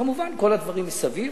כמובן, כל הדברים מסביב.